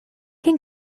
can